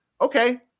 Okay